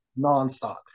nonstop